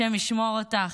השם ישמור אותך.